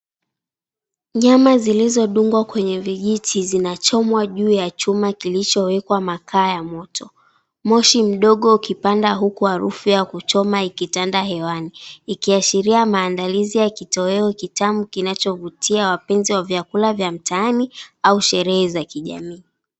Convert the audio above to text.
Nyama zilizodungwa kwenye vijiti zinachomwa juu ya chuma kilichowekwa makaa ya moto. Moshi mdogo ukipanda huku harufu ya kuchoma ikitanda hewani ikiashiria maandalizi ya kitoweo kitamu kinachovutia wapenzi wa vyakula vya mtaani au sherehe za kijamii.